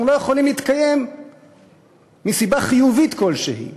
אנחנו לא יכולים להתקיים מסיבה חיובית כלשהי,